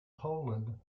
poland